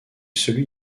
celui